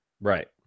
right